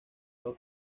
los